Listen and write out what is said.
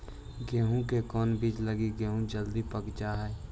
गेंहू के कोन बिज लगाई कि गेहूं जल्दी पक जाए?